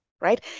right